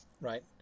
right